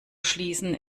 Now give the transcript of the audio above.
schließen